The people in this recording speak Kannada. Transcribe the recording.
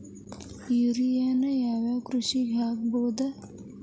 ಯೂರಿಯಾನ ಯಾವ್ ಯಾವ್ ಕೃಷಿಗ ಹಾಕ್ಬೋದ?